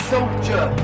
Soldier